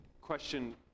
question